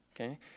okay